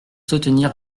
soutenir